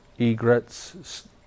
egrets